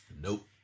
Nope